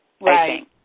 Right